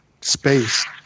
space